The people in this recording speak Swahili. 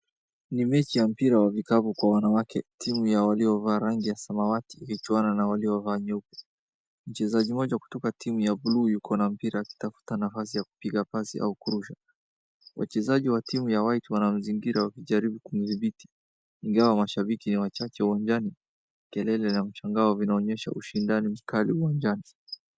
Ni mechi ya mpira wa vikapu Kwa wanawake, timu ya walio vaa ranging ya samawati ikichuana na walio vaa nyeupe. Mchezaji mmoja kutoka timu ya blue Yuko na mpira akitafuta nafasi ya kupiga pasi au kurusha. Wachezaji wa team ya white wanawazingira wakijaribu kumdhibiti ingawa masambiki ni wachache uwanjani, kelele na mshangao vinaonyesha ushindani mkali uwanjani.